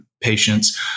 patients